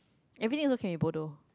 everything also can be bodoh